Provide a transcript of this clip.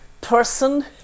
person